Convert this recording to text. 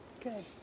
Good